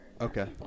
Okay